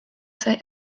sai